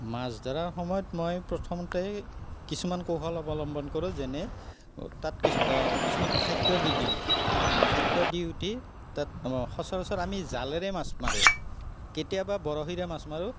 মাছ ধৰাৰ সময়ত মই প্ৰথমতেই কিছুমান কৌশল অৱলম্বন কৰোঁ যেনে তাত কিছুমান খাদ্য দি দিওঁ খাদ্য দি উঠি তাত সচৰাচৰ আমি জালেৰে মাছ মাৰোঁ কেতিয়াবা বৰশীৰে মাছ মাৰোঁ